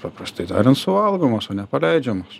paprastai tariant suvalgomos o ne paleidžiamos